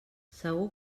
segur